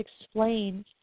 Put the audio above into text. explain